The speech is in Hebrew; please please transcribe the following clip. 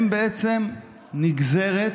הן בעצם נגזרת